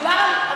מדובר על,